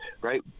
right